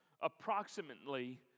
approximately